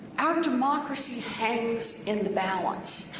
our democracy hangs in the balance.